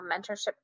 mentorship